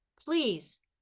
please